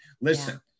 listen